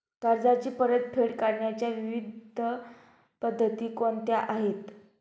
कर्जाची परतफेड करण्याच्या विविध पद्धती कोणत्या आहेत?